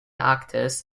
actors